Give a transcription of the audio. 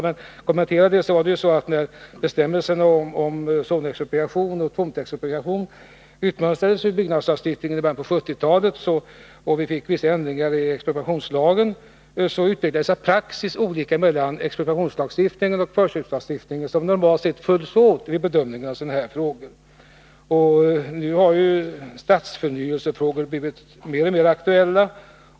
När bestämmelserna om zonexpropriation och tomträttsexpropriation utmönstrades ur byggnadslagstiftningen i början på 1970-talet och vi fick vissa ändringar i expropriationslagen, så utbildades det olika praxis för expropriationslagstiftningen och förköpslagstiftningen, som normalt följs åt vid bedömningen av sådana här frågor. Nu har ju stadsförnyelsefrågor blivit mer och mer aktuella.